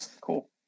Cool